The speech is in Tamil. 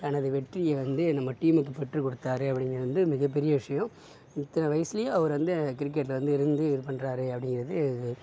தனது வெற்றியை வந்து நம்ம டீமுக்கு பெற்றுக் கொடுத்தாரு அப்படீங்குறது வந்து மிகப்பெரிய விஷயம் இத்தனை வயசிலயும் அவர் வந்து கிரிக்கெட்டில் வந்து இருந்து இது பண்றார் அப்படீங்குறது